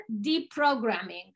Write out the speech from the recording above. deprogramming